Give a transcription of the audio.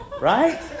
Right